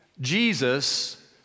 Jesus